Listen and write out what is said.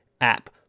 app